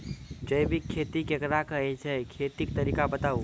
जैबिक खेती केकरा कहैत छै, खेतीक तरीका बताऊ?